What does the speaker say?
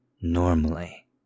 normally